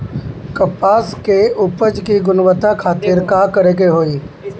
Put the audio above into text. कपास के उपज की गुणवत्ता खातिर का करेके होई?